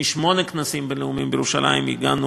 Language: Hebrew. משמונה כנסים בין-לאומיים בירושלים הגענו